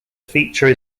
feature